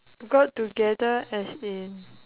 got together as in